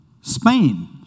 Spain